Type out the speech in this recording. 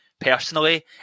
personally